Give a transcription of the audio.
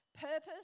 purpose